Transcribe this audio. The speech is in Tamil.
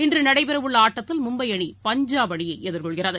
இன்றுநடைபெறவுள்ளஆட்டத்தில் மும்பைஅணி பஞ்சாப் அணியைஎதிர்கொள்கிறது